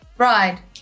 Bride